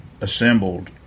assembled